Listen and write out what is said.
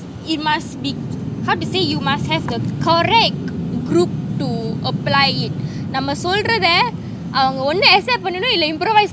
it must be how to say you must have the correct group to apply it நம்ம சொல்றத அவங்க ஒன்னு:namma solratha onnu accept பண்ணனும் இல்ல:pannanum illa impremise